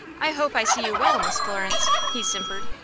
i hope i see you well, miss florence, he simpered.